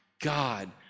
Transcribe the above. God